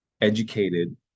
educated